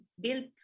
built